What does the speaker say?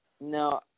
No